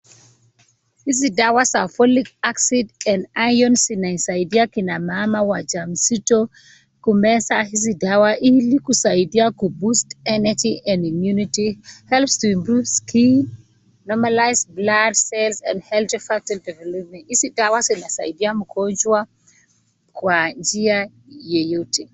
Hizi dawa za folic acid & Iron zinasaidia kina mama wajawazito kumeza hizi dawa ili kusaidia ku boost energy & immunity, helps to improve skin, normalize blood cells and help foetal development .Hizi dawa zinasaidia mgonjwa kwa njia yeyote.